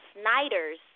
Snyder's